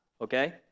okay